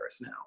now